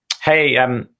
Hey